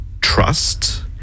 trust